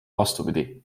vastupidi